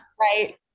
right